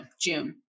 June